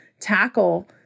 tackle